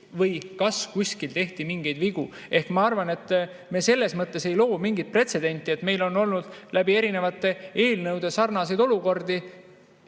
või kas kuskil tehti mingeid vigu. Ehk ma arvan, et me selles mõttes ei loo mingit pretsedenti. Meil on olnud eelnevate eelnõudega sarnaseid olukordi